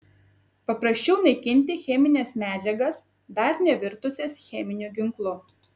paprasčiau naikinti chemines medžiagas dar nevirtusias cheminiu ginklu